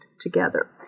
together